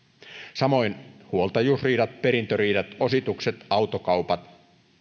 samoin huoltajuusriidat perintöriidat ositukset autokaupat